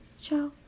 Ciao